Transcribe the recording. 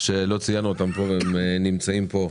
שלא ציינו אותם קודם, הם נמצאים פה,